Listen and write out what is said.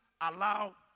allow